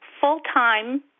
full-time